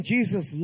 Jesus